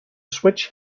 switch